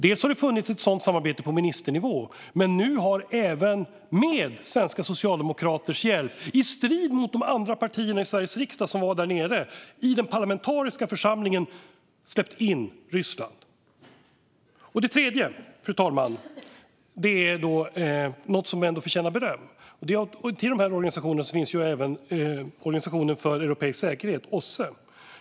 Det har funnits ett sådant samarbete på ministernivå, men nu har Ryssland släppts in i den parlamentariska församlingen - med svenska socialdemokraters hjälp och i strid med de andra partier från Sveriges riksdag som var där nere. Den tredje, fru talman, är något som förtjänar beröm. Bland de här organisationerna finns även Organisationen för säkerhet och samarbete i Europa, OSSE.